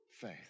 faith